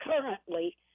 currently